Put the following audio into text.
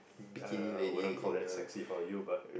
uh wouldn't call it sexy for you but